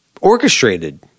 orchestrated